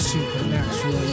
Supernatural